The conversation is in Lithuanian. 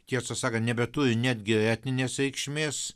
tiesą sakant nebeturi netgi etninės reikšmės